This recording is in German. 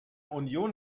union